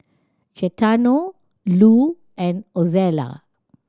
Gaetano Lu and Ozella